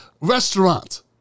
restaurant